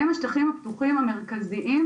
הם השטחים הפתוחים המרכזיים,